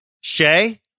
Shay